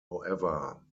however